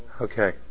Okay